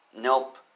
Nope